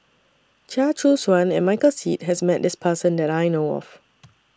Chia Choo Suan and Michael Seet has Met This Person that I know of